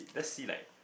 let's see like